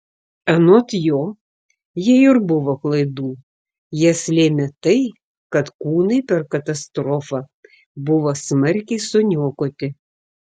anot jo jei ir buvo klaidų jas lėmė tai kad kūnai per katastrofą buvo smarkiai suniokoti